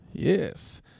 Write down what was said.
Yes